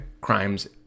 crimes